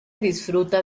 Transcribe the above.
disfruta